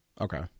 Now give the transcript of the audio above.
Okay